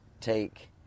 take